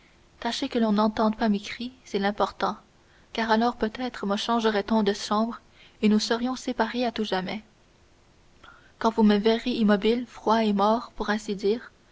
tâchez que l'on n'entende pas mes cris c'est l'important car alors peut-être me changerait on de chambre et nous serions séparés à tout jamais quand vous me verrez immobile froid et mort pour ainsi dire